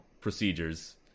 Procedures